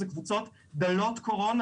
אלה קבוצות דלות קורונה,